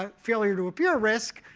ah failure-to-appear risk,